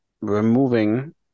removing